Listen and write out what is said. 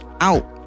out